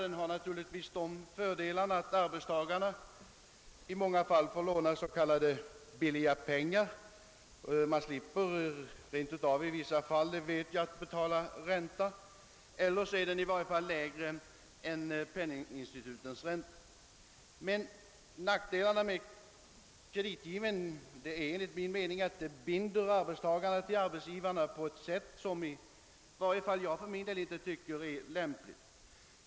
Fördelarna är naturligtvis att arbetstagarna i många fall får låna s.k. billiga pengar; jag vet att man i vissa fall rent av slipper att betala ränta eller får betala en sådan som är lägre än penninginstitutens. Nackdelarna med kreditgivningen är att den binder arbetstagarna till arbetsgivarna på ett sätt som jag inte finner lämpligt.